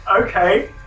okay